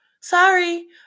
sorry